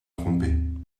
trompés